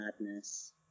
madness